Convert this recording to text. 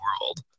world